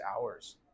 hours